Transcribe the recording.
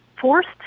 forced